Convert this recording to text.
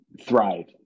thrive